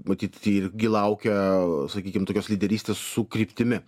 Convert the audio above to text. matyt irgi laukia sakykim tokios lyderystės su kryptimi